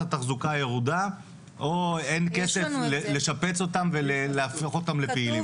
התחזוקה הירודה או אין כסף לשפת אותם ולהפוך אותם לפעילים.